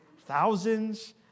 Thousands